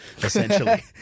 essentially